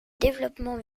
développement